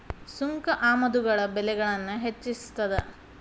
ಸುಂಕ ಆಮದುಗಳ ಬೆಲೆಗಳನ್ನ ಹೆಚ್ಚಿಸ್ತದ